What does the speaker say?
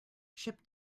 ship